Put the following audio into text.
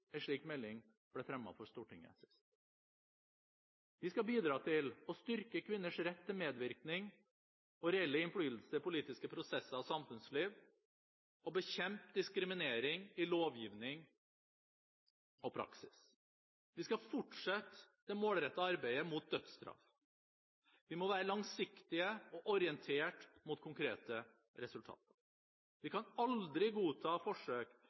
slik melding ble fremmet for Stortinget. Vi skal bidra til å styrke kvinners rett til medvirkning og reell innflytelse i politiske prosesser og samfunnsliv og bekjempe diskriminering i lovgivning og praksis. Vi skal fortsette det målrettede arbeidet mot dødsstraff. Vi må være langsiktige og orientert mot konkrete resultater. Vi kan aldri godta forsøk